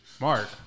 Mark